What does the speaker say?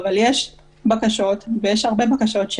אבל יש הרבה בקשות,